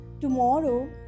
tomorrow